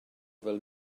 fel